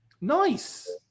nice